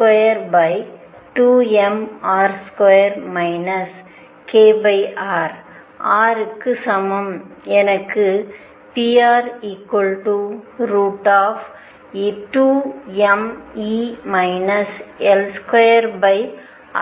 pr22mL22mR2 krr க்கு சமம் எனக்கு pr√2mE